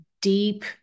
deep